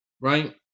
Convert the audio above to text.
right